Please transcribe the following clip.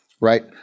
right